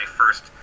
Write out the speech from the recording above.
first